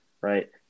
Right